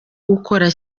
gukora